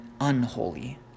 unholy